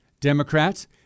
Democrats